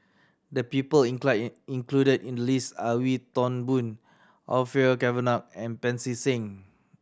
the people in included in list are Wee Toon Boon Orfeur Cavenagh and Pancy Seng